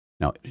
Now